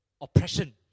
oppression